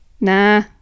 nah